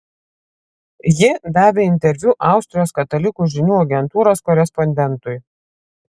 ji davė interviu austrijos katalikų žinių agentūros korespondentui